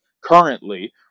currently